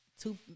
two